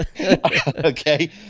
Okay